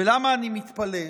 ולמה אני מתפלא?